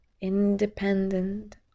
independent